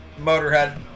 motorhead